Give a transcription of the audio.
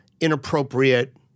inappropriate